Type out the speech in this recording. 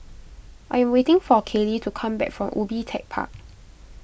I am waiting for Kailee to come back from Ubi Tech Park